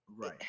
Right